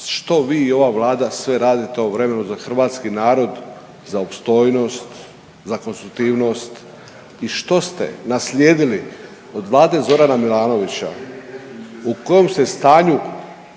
što vi i ova vlada sve radite u ovom vremenu za hrvatski narod, za opstojnost, za konstitutivnost i što ste naslijedili od vlade Zorana Milanovića, u kojem ste stanju